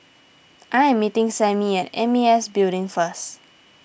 I am meeting Sammy at M A S Building first